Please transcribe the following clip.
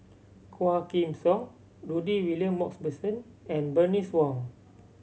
Quah Kim Song Rudy William Mosbergen and Bernice Wong